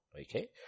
Okay